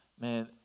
man